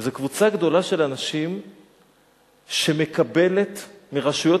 זו קבוצה גדולה של אנשים שמקבלת מרשויות